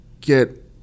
get